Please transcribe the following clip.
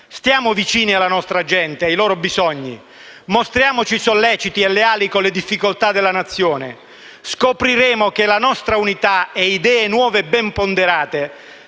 Stiamo vicini alla nostra gente, ai loro bisogni, mostriamoci solleciti e leali con le difficoltà della Nazione e scopriremo che la nostra unità e idee nuove e ben ponderate